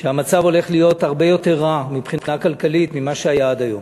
שהמצב הולך להיות הרבה יותר רע מבחינה כלכלית ממה שהיה עד היום.